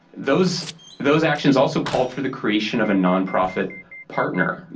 those those actions also called for the creation of a nonprofit partner.